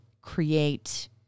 create